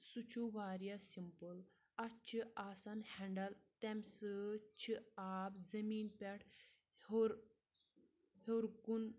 سُہ چھُ واریاہ سِمپٕل اَتھ چھِ آسان ہٮ۪نڈَل تَمہِ سۭتۍ چھِ آب زٔمیٖن پٮ۪ٹھ ہیوٚر ہیوٚر کُن